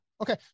okay